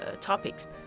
topics